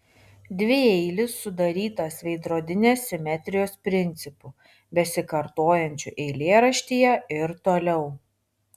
dvieilis sudarytas veidrodinės simetrijos principu besikartojančiu eilėraštyje ir toliau